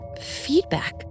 feedback